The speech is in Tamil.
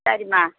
சரிம்மா